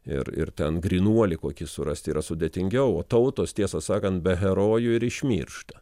ir ir ten grynuolį kokį surast yra sudėtingiau o tautos tiesą sakant be herojų ir išmiršta